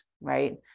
right